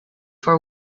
for